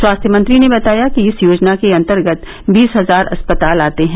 स्वास्थ्य मंत्री ने बताया कि इस योजना के अन्तर्गत बीस हजार अस्पताल आते हैं